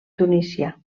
tunísia